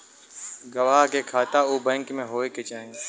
गवाह के खाता उ बैंक में होए के चाही